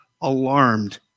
alarmed